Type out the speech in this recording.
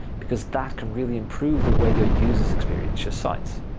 because that can really improve the way your users experience your site.